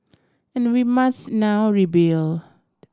and we must now rebuild